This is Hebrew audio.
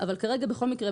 אבל כרגע בכל מקרה,